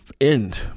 End